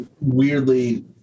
weirdly